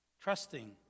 Trusting